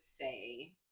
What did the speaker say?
say